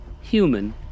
human